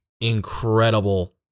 incredible